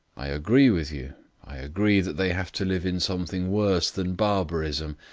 i agree with you. i agree that they have to live in something worse than barbarism.